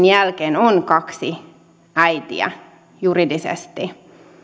jälkeen on kaksi äitiä juridisesti